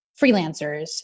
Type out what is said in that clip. freelancers